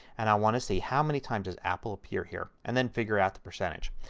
and i want to see how many times does apple appear here and then figure out the percentage.